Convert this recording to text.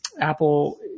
Apple